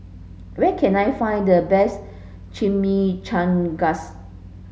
where can I find the best Chimichangas